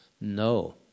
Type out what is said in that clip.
no